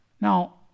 Now